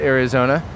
Arizona